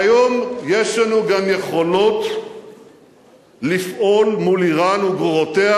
והיום יש לנו גם יכולות לפעול מול אירן וגרורותיה,